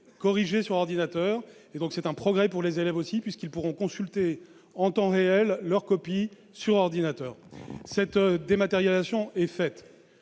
corrigées sur ordinateur. C'est un progrès aussi pour les élèves, puisqu'ils pourront consulter en temps réel leur copie sur ordinateur. Cette dématérialisation est faite.